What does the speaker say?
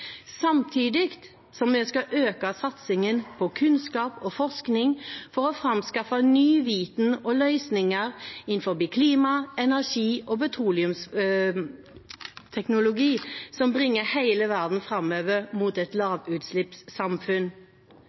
samtidig som vi skal øke satsingen på kunnskap og forskning for å framskaffe ny viten og nye løsninger innen klima, energi og petroleumsteknologi som bringer hele verden framover mot et lavutslippssamfunn.